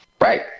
Right